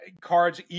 cards